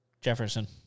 Jefferson